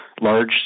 large